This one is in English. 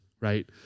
Right